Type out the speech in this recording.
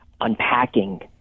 unpacking